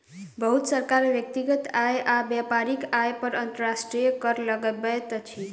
बहुत सरकार व्यक्तिगत आय आ व्यापारिक आय पर अंतर्राष्ट्रीय कर लगबैत अछि